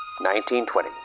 1920